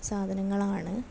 സാധനങ്ങളാണ്